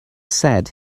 said